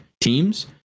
teams